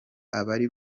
abari